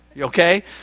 Okay